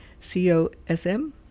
COSM